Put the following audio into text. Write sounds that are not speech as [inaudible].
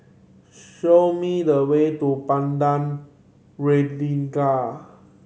show me the way to Padang [unintelligible]